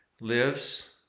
lives